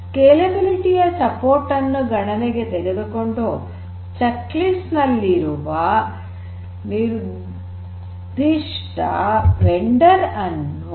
scalability ಯ ಬೆಂಬಲವನ್ನು ಗಣನೆಗೆ ತೆಗೆದುಕೊಂಡು ಚೆಕ್ ಲಿಸ್ಟ್ ನಲ್ಲಿರುವ ನಿರ್ಧಿಷ್ಟ ವೆಂಡರ್ ಅನ್ನು ಆಯ್ಕೆ ಮಾಡಬೇಕು